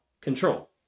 control